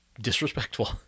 disrespectful